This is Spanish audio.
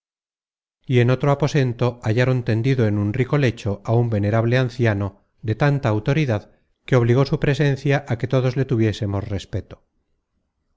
y en otro aposento hallaron tendido en un rico lecho á un venerable anciano de tanta autoridad que obligó su presencia á que todos le tuviésemos respeto